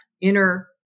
inner